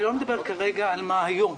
אני לא מדבר כרגע על מה קיים היום,